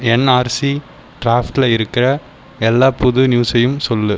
NRC டிராஃப்ட்டில் இருக்க எல்லா புது நியூஸையும் சொல்